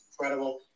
incredible